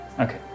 Okay